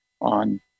on